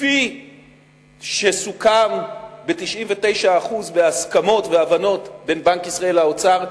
כפי שסוכם ב-99% בהסכמות והבנות בין בנק ישראל לאוצר,